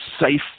safe